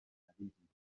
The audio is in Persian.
خریدیم